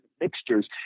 mixtures